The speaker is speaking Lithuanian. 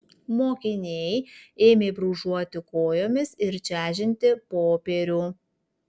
mokiniai ėmė brūžuoti kojomis ir čežinti popierių